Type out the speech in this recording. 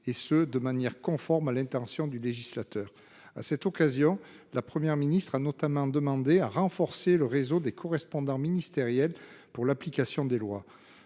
et ce de manière conforme à l'intention du législateur. À cette occasion, la Première ministre a notamment demandé à renforcer le réseau des correspondants ministériel pour l'application des lois,